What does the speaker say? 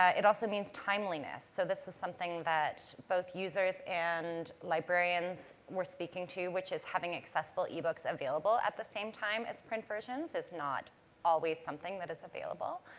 ah it also means timeliness. so, this is something that both users and librarians were speaking to, which is having accessible ebooks available at the same time as print versions, is not always something that is available.